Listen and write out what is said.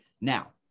Now